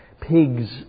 pigs